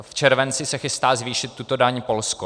V červenci se chystá zvýšit tuto daň Polsko.